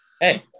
Hey